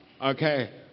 Okay